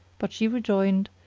but she rejoined,